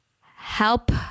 help